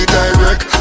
direct